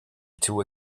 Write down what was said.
too